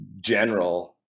general